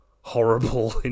horrible